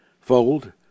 fold